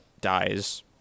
dies